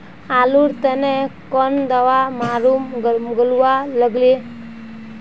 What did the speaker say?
आलूर तने तने कौन दावा मारूम गालुवा लगली?